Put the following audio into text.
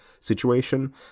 situation